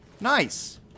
Nice